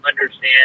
understand